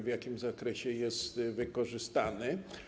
W jakim zakresie jest wykorzystany?